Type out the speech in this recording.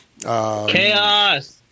Chaos